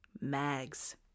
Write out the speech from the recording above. Mags